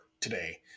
today